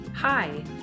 Hi